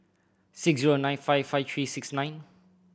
six zero nine five five three six nine